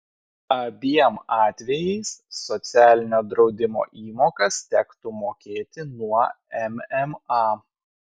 abiem atvejais socialinio draudimo įmokas tektų mokėti nuo mma